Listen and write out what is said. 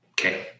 Okay